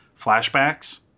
flashbacks